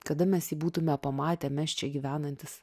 kada mes jį būtume pamatę mes čia gyvenantys